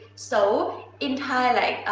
so in thai, like